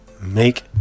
make